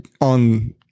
on